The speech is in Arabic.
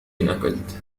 أكلت